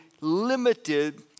limited